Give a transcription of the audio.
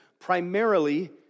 primarily